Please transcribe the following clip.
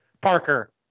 Parker